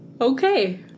Okay